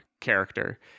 character